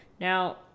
Now